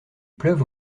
pleuve